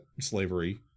slavery